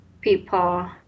people